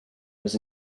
was